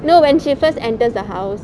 no when she first enters the house